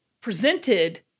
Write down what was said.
presented